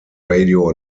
radio